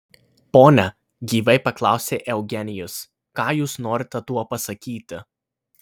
pone gyvai paklausė eugenijus ką jūs norite tuo pasakyti